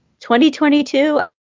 2022